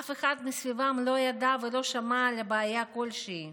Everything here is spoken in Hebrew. אף אחד מסביבם לא ידע ולא שמע על בעיה כלשהי.